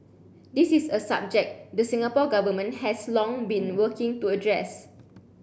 this is a subject the Singapore Government has long been working to address